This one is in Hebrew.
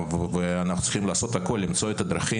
אנחנו צריכים לעשות הכול למצוא דרכים,